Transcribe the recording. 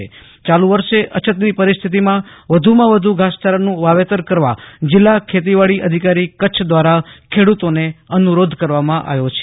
યાલુ વર્ષે અછતની પરિસ્થિતિમાં વધુમાં વધુ ધાસચારાનું વાવેતર કરવા જીલ્લા ખેતીવાડી અધિકારી કચ્છ દ્વારા ખેડૂતોને અનુરોધ કરવામાં આવ્યો છે